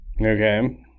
Okay